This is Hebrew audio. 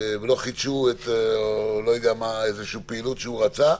חידשו איזושהי פעילות שהוא רצה,